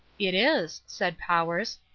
it is, said powers.